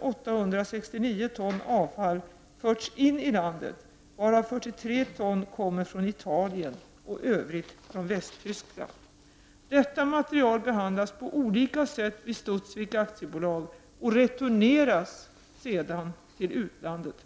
869 ton avfall förts in i landet, varav 43 ton kommer från Italien och det övriga från Västtyskland. Detta material behandlas på olika sätt vid Studsvik AB och returneras sedan till utlandet.